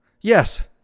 Yes